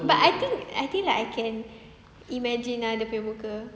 but I think I think like I can imagine ah dia punya muka